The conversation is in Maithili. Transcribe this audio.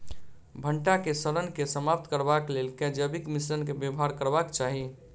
भंटा केँ सड़न केँ समाप्त करबाक लेल केँ जैविक मिश्रण केँ व्यवहार करबाक चाहि?